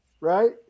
right